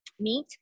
meat